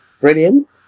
brilliant